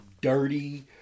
dirty